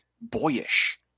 boyish